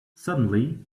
suddenly